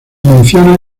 menciona